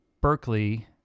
Berkeley